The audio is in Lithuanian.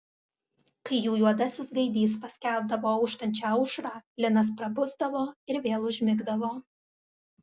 kai jų juodasis gaidys paskelbdavo auštančią aušrą linas prabusdavo ir vėl užmigdavo